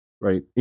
Right